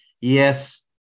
yes